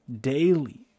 daily